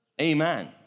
amen